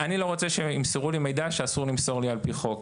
אני לא רוצה שימסרו לי מידע שאסור למסור לי על פי חוק.